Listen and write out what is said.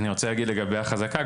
אני רוצה להגיד לגבי החזקה.